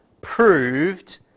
proved